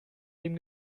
dem